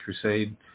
Crusade